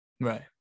Right